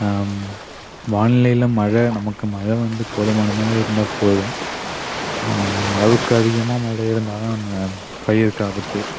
வானிலையில் மழை நமக்கு மழை வந்து போதுமான மழை இருந்தால் போதும் அளவுக்கதிகமான மழை இருந்தால் தான் நம்ம பயிருக்கு ஆபத்து